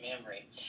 memory